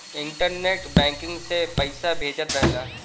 internet banking से पइसा भेजत रहला